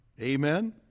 Amen